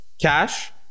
Cash